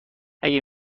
اگه